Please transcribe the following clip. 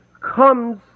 comes